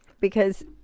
because-